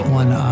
one